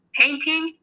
painting